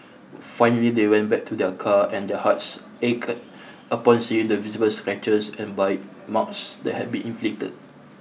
finally they went back to their car and their hearts ached upon seeing the visible scratches and bite marks that had been inflicted